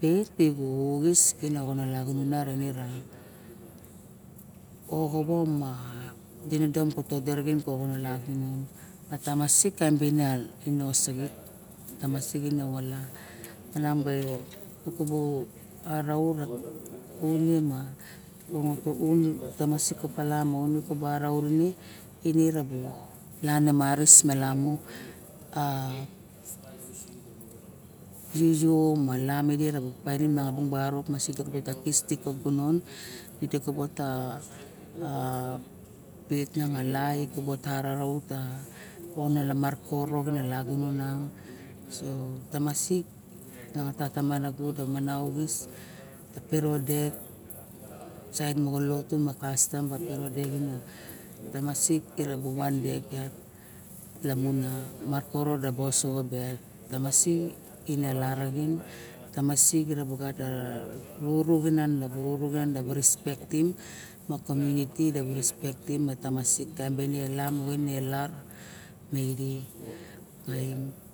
pet ibu siken e lagunon moxo va tinidom ka orone e lagunon a tamasik taem be ene osoxo e tamasik e ne beng ka lang ba ibu araut a kuni ma enong ma bu tamasik yone tamasik ka bulus ka ra tamasik iso kabung barok di kis dik ka gunon idi kabu vet mala ro ko ba vet la moro kono ka lagunon so ka tamasik miane ka tata ma nago ma na oxis ka piro dek saet moxo lotu ma kastam pa piro dek tamasik mo van dek lamun a diro dek yat mun koro dek tamasik ino la raxin tamasik ibu gat vurunan dibu respektim ma komuninity diga respectim tamasik taem ba lam ma ide taem.